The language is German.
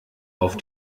auf